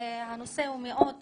הנושא הוא מאוד חשוב.